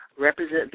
represent